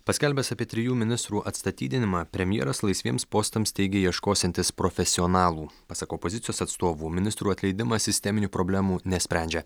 paskelbęs apie trijų ministrų atstatydinimą premjeras laisviems postams teigė ieškosiantis profesionalų pasak opozicijos atstovų ministrų atleidimas sisteminių problemų nesprendžia